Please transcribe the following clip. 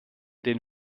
den